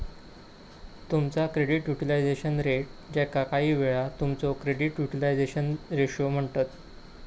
तुमचा credit utilization rate, ज्याका काहीवेळा तुमचो क्रेडिट युटिलायझेशन रेशो म्हणतत